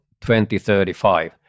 2035